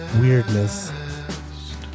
Weirdness